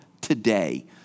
today